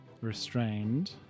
restrained